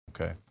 okay